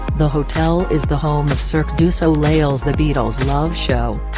the hotel is the home of cirque du soleil's the beatles love show.